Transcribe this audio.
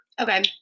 Okay